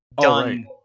done